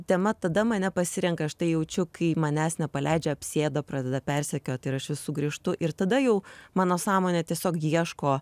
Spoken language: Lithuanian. tema tada mane pasirenka aš tai jaučiu kai manęs nepaleidžia apsėda pradeda persekiot ir aš vis sugrįžtu ir tada jau mano sąmonė tiesiog ieško